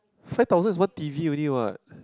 five thousand is one T_V only what